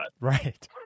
Right